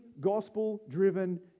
gospel-driven